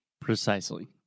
Precisely